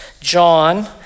John